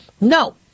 No